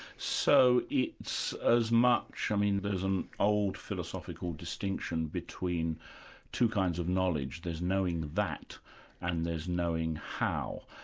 so it's as much. i mean there's an old philosophical distinction between two kinds of knowledge there's knowing that and there's knowing how.